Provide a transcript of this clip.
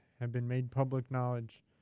have-been-made-public-knowledge